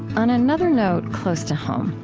on another note close to home,